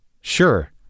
sure